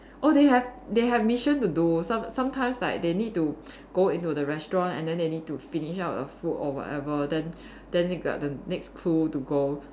oh they have they have mission to do some~ sometimes like they need to go into the restaurant and then they need to finish up the food or whatever then then they got the next clue to go